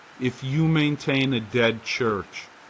if you maintain a dead church,